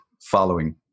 following